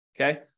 Okay